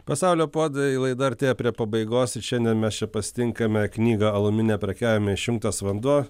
pasaulio puodai laida artėja prie pabaigos šiandien mes čia pasitinkame knygą alumi neprekiaujame išjungtas vanduo